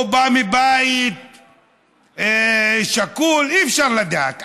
או בא מבית שכול, אי-אפשר לדעת.